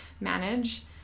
manage